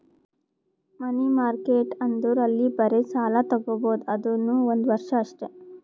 ಮನಿ market ಅಂದುರ್ ಅಲ್ಲಿ ಬರೇ ಸಾಲ ತಾಗೊಬೋದ್ ಅದುನೂ ಒಂದ್ ವರ್ಷ ಅಷ್ಟೇ